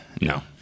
No